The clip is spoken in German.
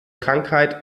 krankheit